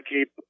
keep